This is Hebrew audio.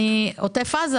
עוטף עזה